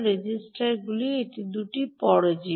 রেজিস্টারগুলি নির্ভরশীল